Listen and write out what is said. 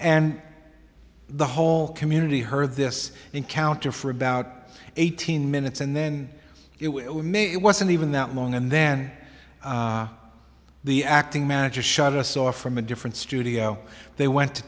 and the whole community heard this encounter for about eighteen minutes and then it will make it wasn't even that long and then the acting manager shut us off from a different studio they went to